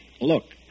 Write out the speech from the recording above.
Look